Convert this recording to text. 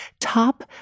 top